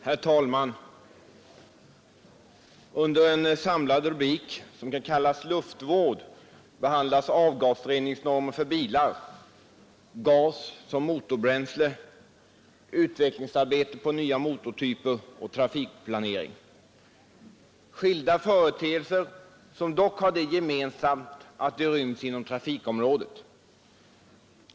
Herr talman! Under en samlad rubrik, som kunde sammanfattas med ordet luftvård, behandlas avgasreningsnormer för bilar, gas som motorbränsle, utvecklingsarbete på nya motortyper och trafikplanering — skilda företeelser som dock har det gemensamt att de ryms inom trafikområdet.